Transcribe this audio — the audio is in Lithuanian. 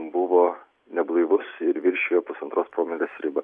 buvo neblaivus ir viršijo pusantros promilės ribą